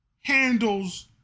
handles